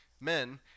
Men